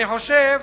אני חושב